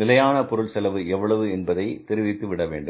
நிலையான பொருள் செலவு எவ்வளவு என்பதை தெரிவித்துவிட வேண்டும்